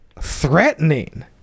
threatening